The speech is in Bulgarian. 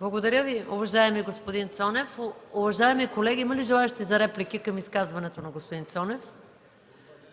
Благодаря Ви, уважаеми господин Цонев. Уважаеми колеги, има ли желаещи за реплики към изказването на господин Цонев?